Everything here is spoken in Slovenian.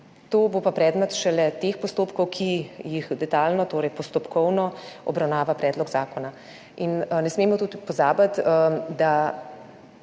To bo pa predmet šele teh postopkov, ki jih detajlno, torej postopkovno, obravnava predlog zakona. In ne smemo tudi pozabiti, da